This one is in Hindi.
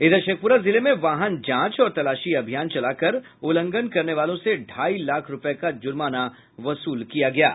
इधर शेखपुरा जिले में वाहन जांच और तलाशी अभियान चलाकर उल्लंघन करने वालों से ढाई लाख रूपये का जुर्माना वसूल किया गया है